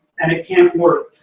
and it can't work.